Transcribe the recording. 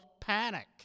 panic